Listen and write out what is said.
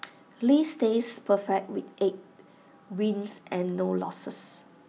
lee stays perfect with eight wins and no losses